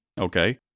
Okay